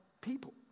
people